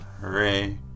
Hooray